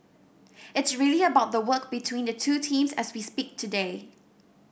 it's really about the work between the two teams as we speak today